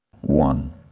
One